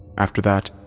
after that,